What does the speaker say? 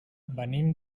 venim